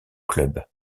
club